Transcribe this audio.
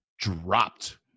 Dropped